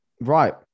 Right